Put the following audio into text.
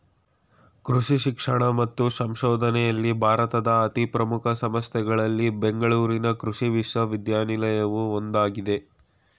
ಕೃಷಿ ಶಿಕ್ಷಣ ಮತ್ತು ಸಂಶೋಧನೆಯಲ್ಲಿ ಭಾರತದ ಅತೀ ಪ್ರಮುಖ ಸಂಸ್ಥೆಗಳಲ್ಲಿ ಬೆಂಗಳೂರಿನ ಕೃಷಿ ವಿಶ್ವವಿದ್ಯಾನಿಲಯವು ಒಂದಾಗಯ್ತೆ